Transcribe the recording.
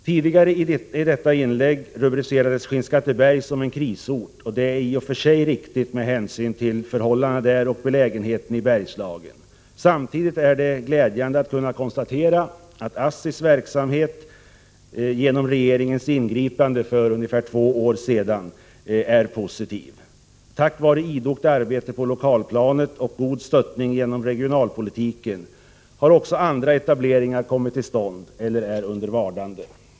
Tidigare i detta inlägg rubricerades Skinnskatteberg som krisort, och det är i och för sig riktigt med hänsyn till förhållandena där och belägenheten i Bergslagen. Det är samtidigt glädjande att kunna konstatera att ASSI:s verksamhet, genom regeringens ingripande för ungefär två år sedan, är positiv. Tack vare idogt arbete på lokalplanet och god stöttning genom regionalpolitiken har också andra etableringar kommit till stånd eller är i vardande.